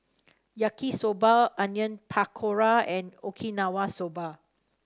Yaki Soba Onion Pakora and Okinawa Soba